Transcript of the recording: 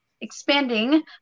expanding